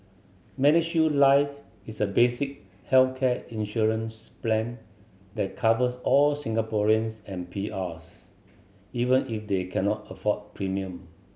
MediShield Life is a basic healthcare insurance plan that covers all Singaporeans and P Rs even if they cannot afford premium